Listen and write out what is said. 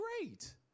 great